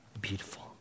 beautiful